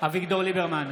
אביגדור ליברמן,